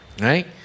Right